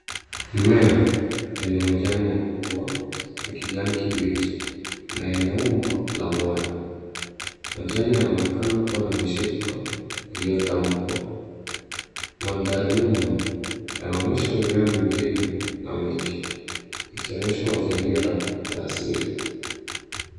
Mmea wenye majani makubwa ya kijani kibichi, na yenye umbo la moyo, majani inaonekana kuwa na mishipa iliyotamkwa. Mandhari nyuma yanaonyesha mimea mingine na miti, ikionyesha mazingira ya asili.